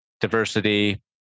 diversity